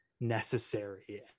necessary